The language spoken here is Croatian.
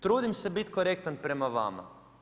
Trudim se biti korektan prema vama.